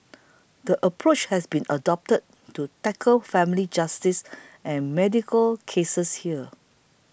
the approach has been adopted to tackle family justice and medical cases here